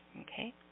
Okay